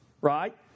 right